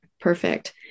Perfect